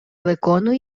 виконує